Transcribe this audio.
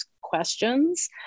questions